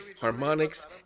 harmonics